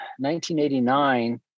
1989